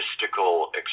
mystical